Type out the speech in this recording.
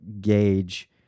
gauge